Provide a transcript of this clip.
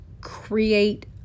create